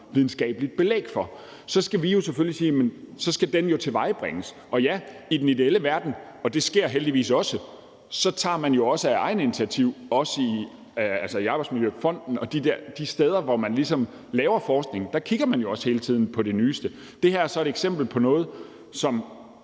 videnskabeligt belæg for. Så skal vi jo selvfølgelig sige, at det skal tilvejebringes. Ja, i den ideelle verden, og det sker heldigvis også, tager man jo selv initiativ – i Arbejdsmiljøfonden og de steder, hvor man ligesom laver forskning – og kigger hele tiden på det nyeste. Det her er så et eksempel på noget, som,